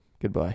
Goodbye